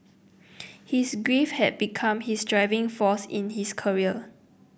his grief had become his driving force in his career